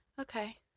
Okay